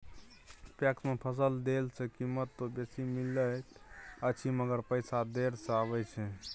PACS मे फसल देला सॅ कीमत त बेसी मिलैत अछि मगर पैसा देर से आबय छै